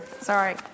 sorry